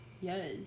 Yes